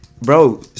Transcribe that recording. bro